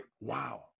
Wow